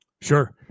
Sure